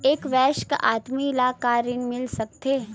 एक वयस्क आदमी ला का ऋण मिल सकथे?